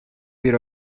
bir